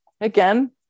Again